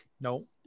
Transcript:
No